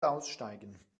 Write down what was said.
aussteigen